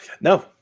No